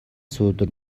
сүүдэр